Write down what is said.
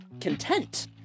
content